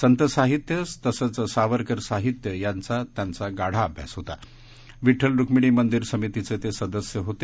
संत साहित्य तसंच सावरकर साहित्य याचा त्यांचा गाढा अभ्यास होता विठ्ठल रूक्मिणी मंदिर समितीचे ते सदस्य होते